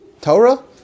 Torah